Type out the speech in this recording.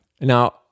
Now